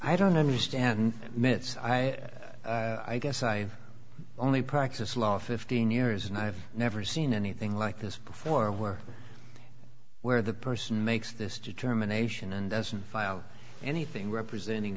i don't understand minutes i i guess i only practice law fifteen years and i've never seen anything like this before where where the person makes this determination and doesn't file anything representing